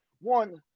one